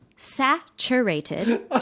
Saturated